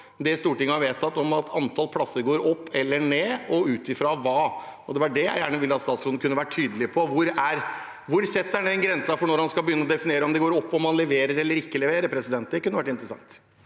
det Stortinget har vedtatt, og om antallet plasser går opp eller ned, og i så fall ut ifra hva. Det var det jeg gjerne ville at stats råden skulle være tydelig på: Hvor setter han grensen for når han skal begynne å definere om det går opp, om man leverer eller ikke leverer? Det kunne vært interessant.